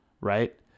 right